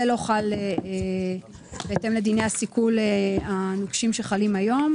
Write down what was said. זה לא חל בהתאם לדיני הסיכול הנוקשים שחלים היום.